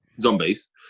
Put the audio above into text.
zombies